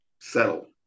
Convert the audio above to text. settle